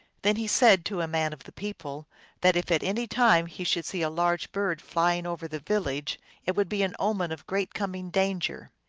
then he said to a man of the people that if at any time he should see a large bird flying over the village it would be an omen of great coming danger.